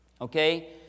Okay